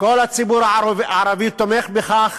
כל הציבור הערבי תומך בכך,